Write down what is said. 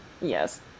Yes